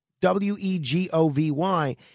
W-E-G-O-V-Y